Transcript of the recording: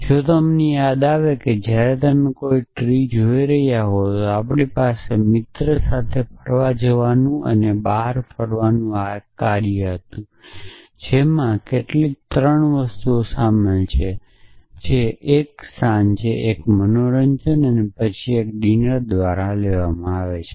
જો તમને યાદ આવે કે જ્યારે તમે કોઈ ટ્રી જોઈ રહ્યા હો ત્યારે આપણી પાસે મિત્ર સાથે ફરવા જવાનું અને બહાર ફરવાનું આ કાર્ય હતું જેમાં કેટલીક 3 વસ્તુઓ શામેલ છે જે 1 સાંજે 1 મનોરંજન અને પછી ડિનર દ્વારા લેવામાં આવે છે